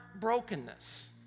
brokenness